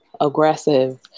aggressive